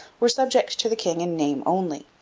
were subject to the king in name only.